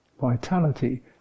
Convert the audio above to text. vitality